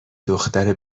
دختر